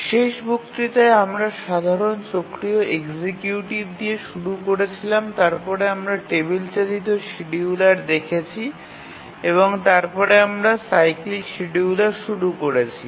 শেষ বক্তৃতায় আমরা সাধারণ চক্রীয় এক্সিকিউটিভ দিয়ে শুরু করেছিলাম এবং তারপরে আমরা টেবিল চালিত শিডিয়ুলার দেখেছি এবং তারপরে আমরা সাইক্লিক শিডিয়ুলার শুরু করেছি